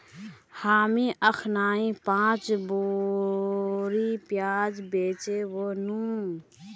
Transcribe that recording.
हामी अखनइ पांच बोरी प्याज बेचे व नु